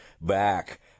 back